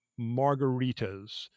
margaritas